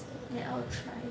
then I'll try